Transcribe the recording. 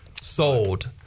sold